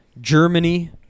Germany